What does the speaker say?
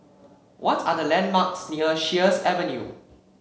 what are the landmarks near Sheares Avenue